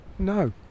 No